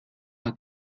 hat